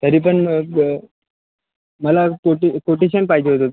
तरी पण ब मला कोटे कोटेशन पाहिजे होतं